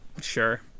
Sure